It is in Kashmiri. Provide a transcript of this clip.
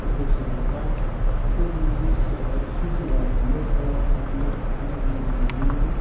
تہٕ اوس یہِ واتان یِتھَے کٔنۍ ییٚلہِ أسۍ شُچہِ واتہِ ہے یَتھ کَلاسَس یَتھ خانَس منٛز یہِ زینہِ ہے